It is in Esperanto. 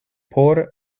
por